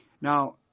Now